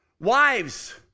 Wives